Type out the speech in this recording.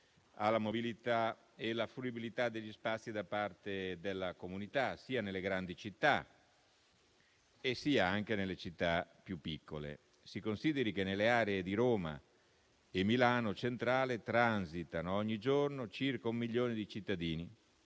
alla mobilità e la fruibilità degli spazi da parte della comunità, sia nelle grandi città sia nelle città più piccole. Si consideri che nelle arre di Roma Termini e Milano Centrale transitano ogni giorno circa un milione di viaggiatori,